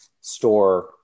store